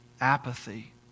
apathy